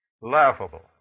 laughable